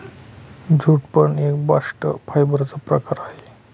jute पण एक bast fibre चा प्रकार आहे